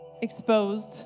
exposed